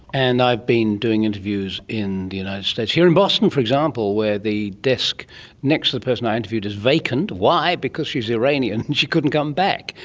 and i've been doing interviews in the united states, here in boston for example, where the desk next to the person i interviewed is vacant. why? because she is iranian and she couldn't come back,